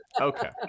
Okay